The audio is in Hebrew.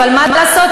אבל מה לעשות,